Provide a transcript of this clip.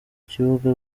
kibuga